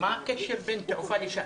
מה הקשר בין תעופה לש"ס?